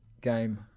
game